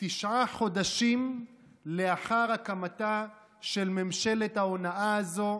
תשעה חודשים לאחר הקמתה של ממשלת ההונאה הזאת,